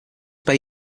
bay